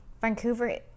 Vancouver